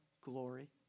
glory